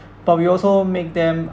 but we also make them